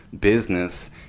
business